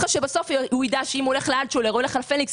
בסוף הוא צריך לדעת שאם הוא הולך לאלטשולר או הולך להפניקס,